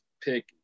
pick